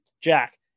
Jack